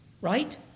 right